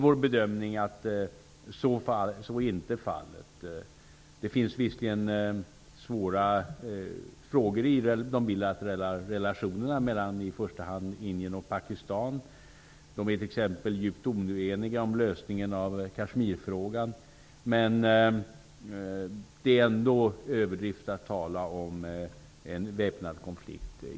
Vår bedömning är att så inte är fallet här. Det finns visserligen svåra frågor i de bilaterala relationerna mellan i första hand Indien och Pakistan. De är t.ex. djupt oeniga om lösningen av Kashmirfrågan, men det är ändå en överdrift att tala om en väpnad konflikt.